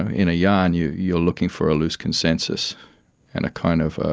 in a yarn you're you're looking for a loose consensus and a kind of